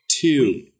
Two